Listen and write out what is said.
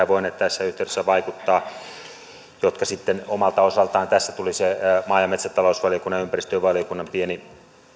voineet tässä yhteydessä vaikuttaa ja sitten omalta osaltaan tuli se maa ja metsätalousvaliokunnan ja ympäristövaliokunnan pieni